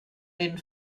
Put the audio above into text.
den